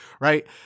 right